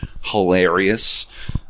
Hilarious